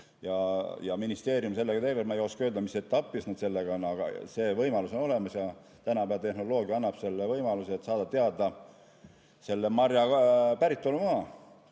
Ministeerium sellega tegeleb. Ma ei oska öelda, mis etapis nad sellega on, aga see võimalus on olemas ja tänapäeva tehnoloogia annab selle võimaluse, et saada teada marja päritolumaa.